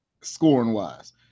scoring-wise